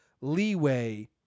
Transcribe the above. leeway